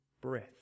breath